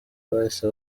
bahise